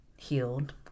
Healed